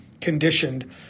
conditioned